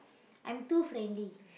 I'm too friendly